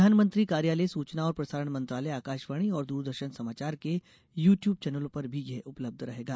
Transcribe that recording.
प्रधानमंत्री कार्यालय सूचना और प्रसारण मंत्रालय आकाावाणी और दूरदर्शन समाचार के यू ट्यूब चैनलों पर भी यह उपलब्ध रहेगा